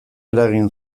eragin